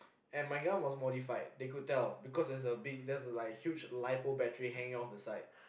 and my gun was modified they could tell because there's was big there's was like a huge lipo hanging off the side